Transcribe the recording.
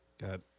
got